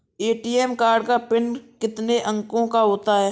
ATM card का PIN कितने अंकों का होता है?